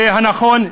נכון,